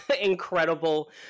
incredible